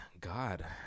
God